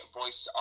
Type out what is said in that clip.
voice